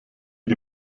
die